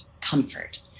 comfort